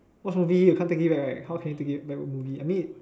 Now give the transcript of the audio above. watch movie you can't take it back right how can you take it back a movie I mean